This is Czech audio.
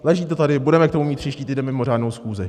Leží to tady, budeme k tomu mít příští týden mimořádnou schůzi.